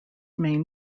main